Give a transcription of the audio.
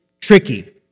tricky